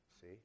see